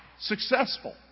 Successful